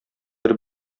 бер